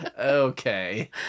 okay